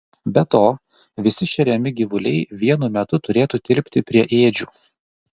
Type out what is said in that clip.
be to visi šeriami gyvuliai vienu metu turėtų tilpti prie ėdžių